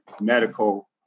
medical